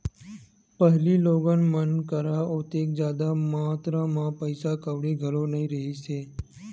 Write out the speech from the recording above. पहिली लोगन मन करा ओतेक जादा मातरा म पइसा कउड़ी घलो नइ रिहिस हे